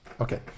Okay